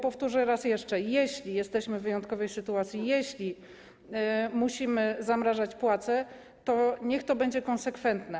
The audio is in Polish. Powtórzę raz jeszcze - jeśli jesteśmy w wyjątkowej sytuacji, jeśli musimy zamrażać płace, to niech będzie to konsekwentne.